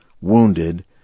wounded